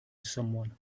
someone